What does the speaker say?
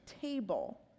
table